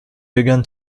began